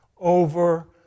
over